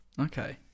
Okay